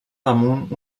damunt